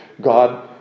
God